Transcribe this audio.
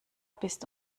bist